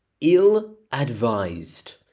ill-advised